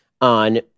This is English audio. on